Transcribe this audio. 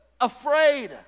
afraid